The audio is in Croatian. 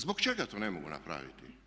Zbog čega to ne mogu napraviti?